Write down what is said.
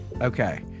Okay